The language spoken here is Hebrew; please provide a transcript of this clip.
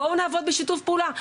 בואו נעבוד בשיתוף פעולה.